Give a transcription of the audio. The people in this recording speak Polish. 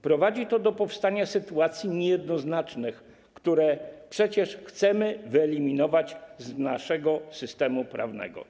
Prowadzi to do powstania sytuacji niejednoznacznych, które przecież chcemy wyeliminować z naszego systemu prawnego.